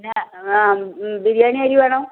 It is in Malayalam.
പിന്നെ ബിരിയാണി അരി വേണം